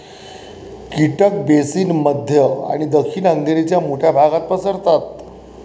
कीटक बेसिन मध्य आणि दक्षिण हंगेरीच्या मोठ्या भागात पसरतात